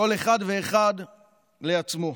כל אחד ואחד לעצמו.